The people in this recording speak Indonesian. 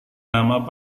nama